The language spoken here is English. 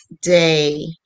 day